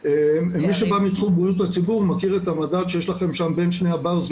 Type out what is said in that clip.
מי שבא מתחום בריאות הציבור מכיר את המדד שיש לכם שם בין שתי העמודות,